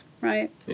right